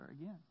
again